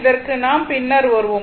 இதற்கு நாம் பின்னர் வருவோம்